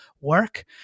work